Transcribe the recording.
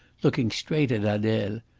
looking straight at adele,